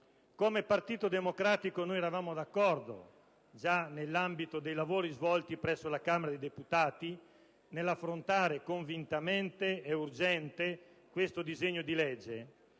Come Partito Democratico noi eravamo d'accordo, già nell'ambito dei lavori svolti presso la Camera dei deputati, rispetto alla scelta di affrontare convintamente e urgentemente questo disegno di legge,